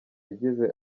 yagize